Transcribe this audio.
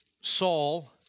Saul